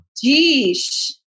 Geesh